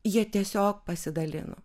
jie tiesiog pasidalino